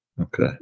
Okay